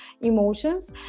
emotions